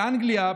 באנגליה,